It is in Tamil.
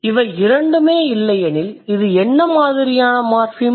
இவை இரண்டுமே இல்லையெனில் இது என்ன மாதிரியான மார்ஃபிம்